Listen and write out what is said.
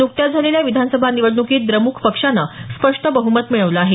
नुकत्याच झालेल्या विधानसभा निवडणुकीत द्रमुक पक्षानं स्पष्ट बहुमत मिळवलं आहे